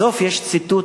בסוף יש ציטוט,